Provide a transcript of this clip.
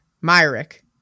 Myrick